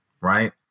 right